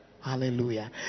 Hallelujah